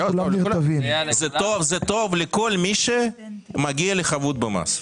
זה טוב לכל מי שמגיע לחבות במס.